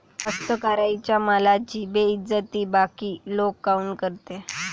कास्तकाराइच्या मालाची बेइज्जती बाकी लोक काऊन करते?